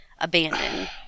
abandoned